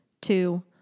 two